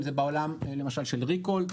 אם זה בעולם למשל ריקול,